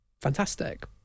fantastic